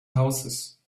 houses